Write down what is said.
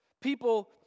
People